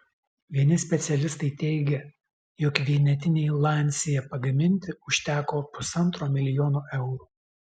vieni specialistai teigia jog vienetinei lancia pagaminti užteko pusantro milijono eurų